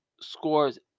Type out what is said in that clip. scores